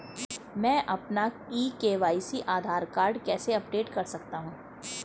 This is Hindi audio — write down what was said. मैं अपना ई के.वाई.सी आधार कार्ड कैसे अपडेट कर सकता हूँ?